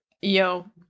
yo